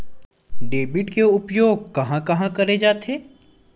Debit के उपयोग कहां कहा करे जाथे?